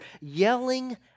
yelling